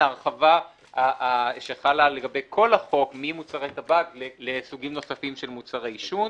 ההרחבה שחלה לגבי כל החוק ממוצרי טבק לסוגים נוספים של מוצרי עישון.